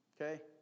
okay